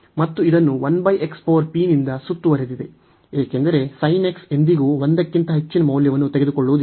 ಮತ್ತು ಇದನ್ನು ನಿಂದ ಸುತ್ತುವರೆದಿದೆ ಏಕೆಂದರೆ ಎಂದಿಗೂ 1 ಕ್ಕಿಂತ ಹೆಚ್ಚಿನ ಮೌಲ್ಯವನ್ನು ತೆಗೆದುಕೊಳ್ಳುವುದಿಲ್ಲ